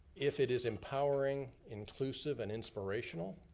if it is empowering, inclusive and inspirational.